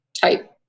type